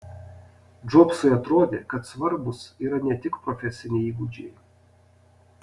džobsui atrodė kad svarbūs yra ne tik profesiniai įgūdžiai